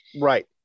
Right